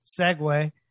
segue